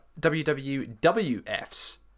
wwf's